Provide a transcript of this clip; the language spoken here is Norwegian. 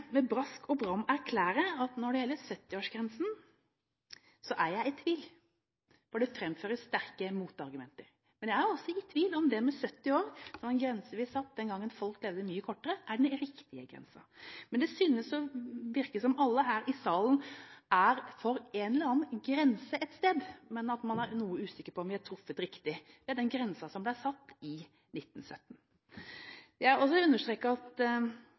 med brask og bram erklære at når det gjelder 70-årsgrensen, er jeg i tvil, for det framføres sterke motargumenter. Men jeg er også i tvil om 70 år, som var en grense vi satte den gangen folk levde mye kortere, er den riktige grensen. Det synes som om alle her i salen er for en eller annen grense et sted, men at man er noe usikker på om man har truffet riktig med den grensen som ble satt i 1917. Jeg vil også understreke at